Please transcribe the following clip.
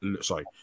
sorry